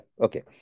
okay